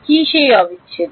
কী সেই অবিচ্ছেদ্য